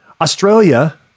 Australia